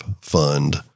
fund